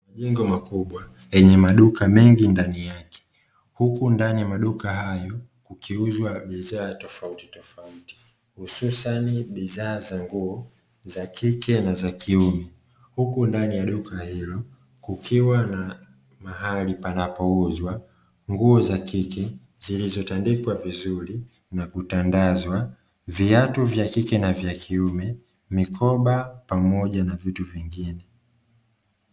Jengo kubwa yenye maduka mengi ndani yake, huku ndani ya maduka hayo ukiuzwa bidhaa tofauti tofauti hususani bidhaa za nguo za kike na za kiume, huku ndani ya duka hilo kukiwa na mahali panapouzwa nguo za kike , zilizotandikwa vizuri na kutandazwa viatu vya kike na vya kiume mikoba pamoja na vitu vingine.